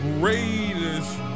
greatest